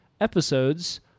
episodes